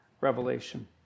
revelation